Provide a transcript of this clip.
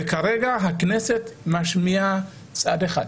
וכרגע הכנסת משמיעה צד אחד,